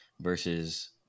versus